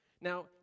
Now